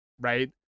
right